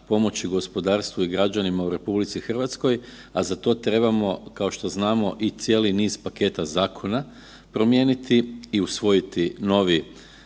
pomoći gospodarstvu i građanima u RH, a za to trebamo kao što znamo i cijeli niz paketa zakona promijeniti i usvojiti novi